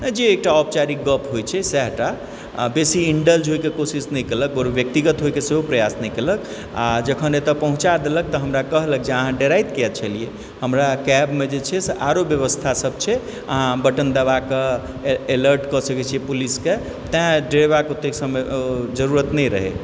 जे एकटा औपचारिक गप होइत छै सएह टा आओर बेसी इनडल्ज होइ केँ कोशिश नै केलक आओर व्यक्तिगत होय के सेहो प्रयास नहि केलक आओर जखन एतौ पहुँचा देलक तऽ हमरा कहलक जे अहाँ डेराति कियाक छलियै हमरा कैबमे जे छै से आरो व्यवस्था सब छै अहाँ बटन दबाकेँ अलर्ट कऽ सकै छियै पुलिसके तैं डेरेबाक ओते जरूरत नहि रहै